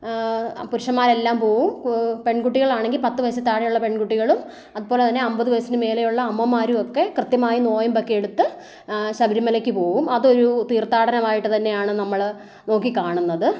പുരുഷന്മാരെല്ലാം പോകും പെൺകുട്ടികളാണെങ്കിൽ പത്തു വയസ്സിൽ താഴെ ഉള്ള പെൺകുട്ടികളും അതുപോലെ തന്നെ അൻപത് വയസ്സിന് മേലെ ഉള്ള അമ്മമാരുമൊക്കെ കൃത്യമായി നൊയമ്പൊക്കെ എടുത്ത് ശബരിമലക്ക് പോകും അതൊരു തീർത്ഥാടനമായിട്ട് തന്നെ ആണ് നമ്മൾ നോക്കി കാണുന്നത്